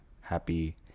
Happy